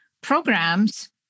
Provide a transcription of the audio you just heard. programs